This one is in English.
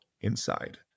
inside